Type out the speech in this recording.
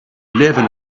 living